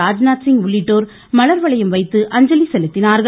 ராஜ்நாத்சிங் உள்ளிட்டோர் மலர்வளையம் வைத்து அஞ்சலி செலுத்தினார்கள்